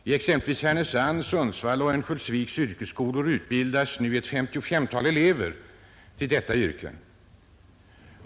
Vid exempelvis Härnösands, Sundsvalls och Örnsköldsviks yrkesskolor utbildas nu ca 55 elever till detta yrke.